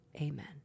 Amen